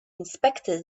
inspected